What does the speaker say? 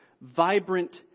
vibrant